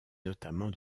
notamment